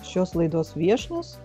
šios laidos viešnios